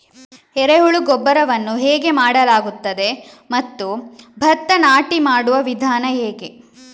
ಎರೆಹುಳು ಗೊಬ್ಬರವನ್ನು ಹೇಗೆ ಮಾಡಲಾಗುತ್ತದೆ ಮತ್ತು ಭತ್ತ ನಾಟಿ ಮಾಡುವ ವಿಧಾನ ಹೇಗೆ?